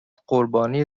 قربانی